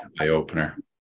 eye-opener